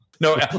No